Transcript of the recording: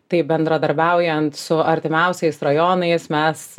tai bendradarbiaujant su artimiausiais rajonais mes